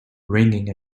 ringing